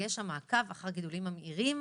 ויש שם מעקב אחר גידולים ממאירים.